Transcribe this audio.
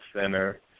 Center